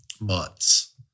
months